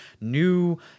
new